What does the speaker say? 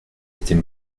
était